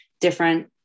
different